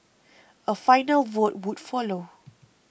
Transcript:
a final vote would follow